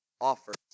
offers